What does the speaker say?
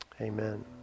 Amen